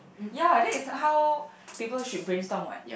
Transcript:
ya then is how people should brainstorm waht